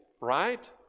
right